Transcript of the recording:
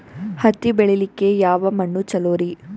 ಹತ್ತಿ ಬೆಳಿಲಿಕ್ಕೆ ಯಾವ ಮಣ್ಣು ಚಲೋರಿ?